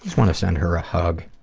want to send her a hug.